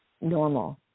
normal